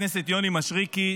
חבר הכנסת יוני מישרקי,